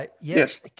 yes